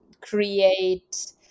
create